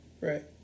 Right